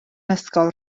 ysgol